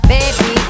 Baby